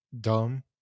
dumb